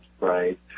right